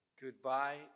Goodbye